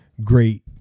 great